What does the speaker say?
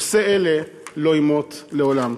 עֹשה אלה לא ימוט לעולם".